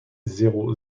zéro